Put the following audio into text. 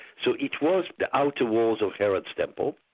so it was the outer walls of herod's temple,